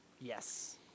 Yes